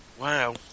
Wow